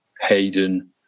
Hayden